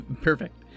Perfect